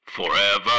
Forever